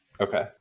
Okay